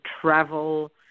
travel